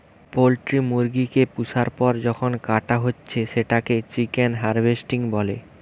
poultry মুরগি কে পুষার পর যখন কাটা হচ্ছে সেটাকে চিকেন হার্ভেস্টিং বলে